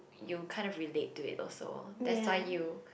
you kind of relate to it also that's why you